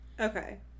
Okay